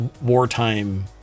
wartime